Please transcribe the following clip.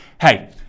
hey